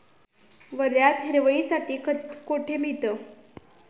वर्ध्यात हिरवळीसाठी खत कोठे मिळतं?